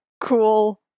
cool